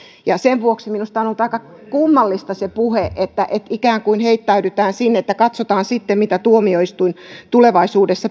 ja sen vuoksi minusta on ollut aika kummallista se puhe että ikään kuin heittäydytään sinne että katsotaan sitten mitä tuomioistuin tulevaisuudessa